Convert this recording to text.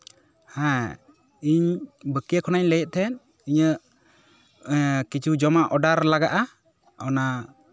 ᱦᱮᱸ ᱤᱧ ᱵᱟᱹᱠᱤᱭᱟᱹ ᱠᱷᱚᱱᱤᱧ ᱞᱟᱹᱭᱮᱫ ᱛᱟᱦᱮᱸᱫ ᱤᱧᱟᱹᱜ ᱮᱸᱜ ᱠᱤᱪᱷᱩ ᱡᱚᱢᱟᱜ ᱚᱰᱟᱨ ᱞᱟᱜᱟᱜᱼᱟ ᱚᱱᱟ